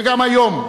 וגם היום,